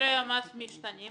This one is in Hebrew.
שיעורי המס משתנים,